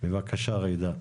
בבקשה ג'ידא.